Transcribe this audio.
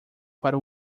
para